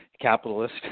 capitalist